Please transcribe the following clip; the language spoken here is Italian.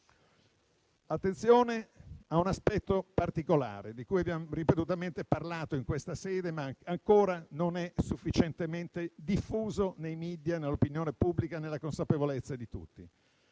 Attenzione a un aspetto particolare di cui abbiamo ripetutamente parlato in questa sede, ma che ancora non sufficientemente diffuso nei *media*, nell'opinione pubblica e nella consapevolezza di tutti.